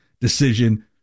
decision